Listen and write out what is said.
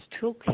Toolkit